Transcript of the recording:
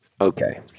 Okay